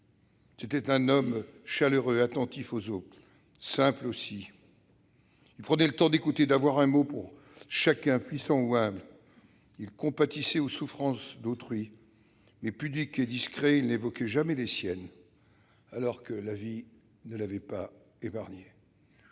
grand musée. Chaleureux, attentif aux autres, simple aussi, il prenait le temps d'écouter et d'avoir un mot pour chacun, puissant ou humble. Il compatissait aux souffrances d'autrui, mais, pudique et discret, n'évoquait jamais les siennes, alors que la vie ne l'avait pas épargné.